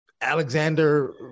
Alexander